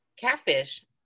catfish